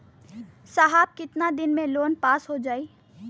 साहब कितना दिन में लोन पास हो जाई?